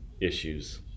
issues